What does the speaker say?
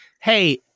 hey